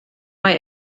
mae